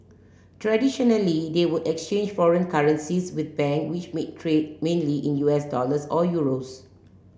traditionally they would exchange foreign currencies with bank which may trade mainly in U S dollars or euros